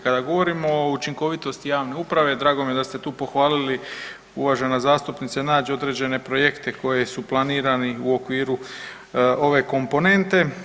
Kada govorimo o učinkovitosti javne uprave, drago mi je da ste tu pohvalili uvažena zastupnice Nađ određene projekte koji su planirani u okviru ove komponente.